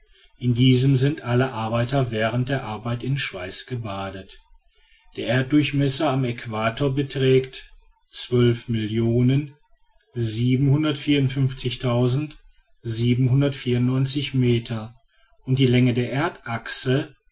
in diesem sind alle arbeiter während der arbeit in schweiß gebadet der erddurchmesser am äquator beträgt meter und die länge der erdaxe